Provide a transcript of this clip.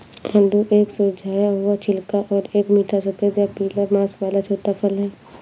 आड़ू एक मुरझाया हुआ छिलका और एक मीठा सफेद या पीला मांस वाला छोटा फल है